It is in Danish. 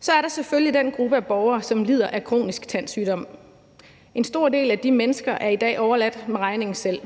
Så er der selvfølgelig den gruppe af borgere, som lider af kronisk tandsygdom. En stor del af de mennesker er i dag overladt med regningen selv.